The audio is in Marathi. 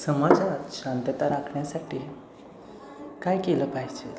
समाजात शांतता राखण्यासाठी काय केलं पाहिजे